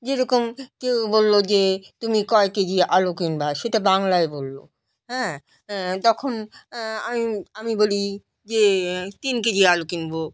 যেরকম কেউ বললো যে তুমি কয় কেজি আলু কিনবে সেটা বাংলায় বললো হ্যাঁ তখন আমি আমি বলি যে তিন কেজি আলু কিনবো